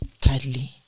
tightly